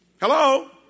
Hello